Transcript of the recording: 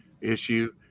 issue